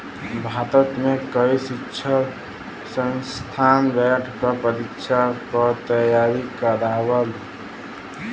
भारत में कई शिक्षण संस्थान बैंक क परीक्षा क तेयारी करावल